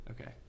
Okay